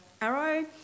Arrow